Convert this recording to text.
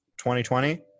2020